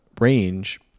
range